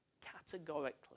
categorically